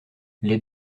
les